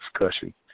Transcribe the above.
discussion